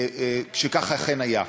שכך אכן היה.